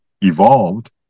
evolved